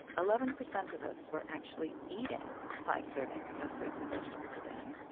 eleven percent of us were actually eating five servings of fruits and vegetables a day.